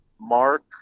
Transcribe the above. Mark